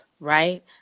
right